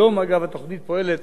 היום, אגב, התוכנית כוללת